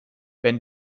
wenn